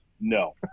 no